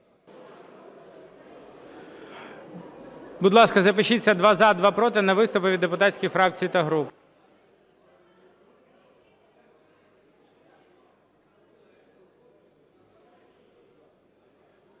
Будь ласка, запишіться: два – за, два – проти на виступи від депутатських фракцій та груп.